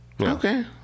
Okay